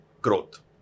growth